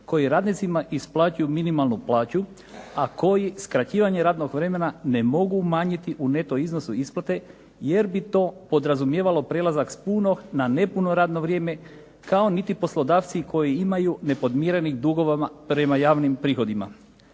koji radnicima isplaćuju minimalnu plaću, a koji skraćivanje radnog vremena ne mogu umanjiti u neto iznosu isplate jer bi to podrazumijevalo prelazak s punog na nepuno radno vrijeme kao niti poslodavci koji imaju nepodmirenih dugova prema javnim prihodima.